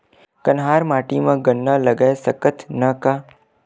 कन्हार माटी म गन्ना लगय सकथ न का?